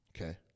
Okay